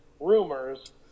Rumors